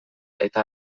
eta